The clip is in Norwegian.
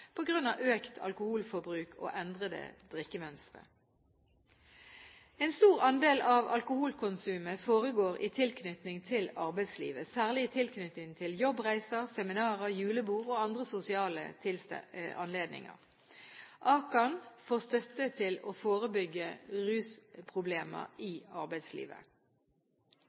økt alkoholforbruk og endrede drikkemønstre. En stor andel av alkoholkonsumet foregår i tilknytning til arbeidslivet, særlig i tilknytning til jobbreiser, seminarer, julebord og andre sosiale anledninger. AKAN får støtte til å forebygge rusproblemer i arbeidslivet.